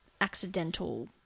accidental